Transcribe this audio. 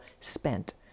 spent